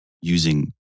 using